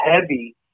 heavy